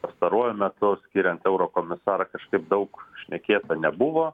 pastaruoju metu skiriant eurokomisarą kažkaip daug šnekėta nebuvo